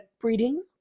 breeding